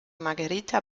margherita